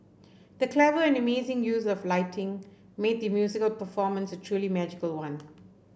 the clever and amazing use of lighting made the musical performance a truly magical one